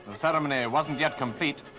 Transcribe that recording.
ceremony wasn't yet complete.